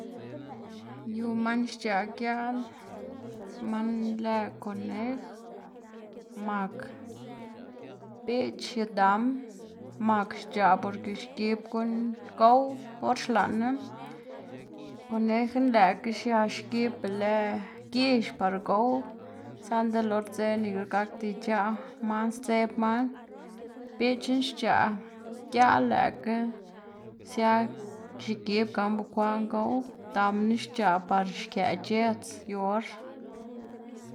yu man xc̲h̲aꞌ giaꞌl, man lë konej, mak, biꞌch y dam, mak xc̲h̲aꞌ porke xgib guꞌn gow, or xlaꞌnna, konejna lëꞌkga xia xgib be lë gix par gow, saꞌnda lëꞌ or dze nika gakda ic̲h̲aꞌ man sdzeb man, biꞌchna xc̲h̲aꞌ giaꞌl lëꞌkga sia xegib gan bekwaꞌn gow, damna xc̲h̲aꞌ par xkëꞌ c̲h̲edz yu or.